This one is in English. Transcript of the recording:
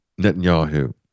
Netanyahu